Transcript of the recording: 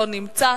לא נמצא,